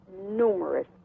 numerous